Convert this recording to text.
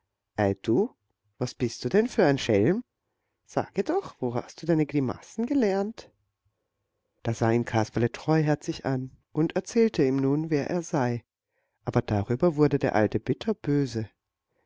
ei du was bist du denn für ein schelm sage doch wo hast du deine grimassen gelernt da sah ihn kasperle treuherzig an und erzählte ihm nun wer er sei aber darüber wurde der alte bitterböse